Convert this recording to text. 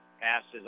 Passes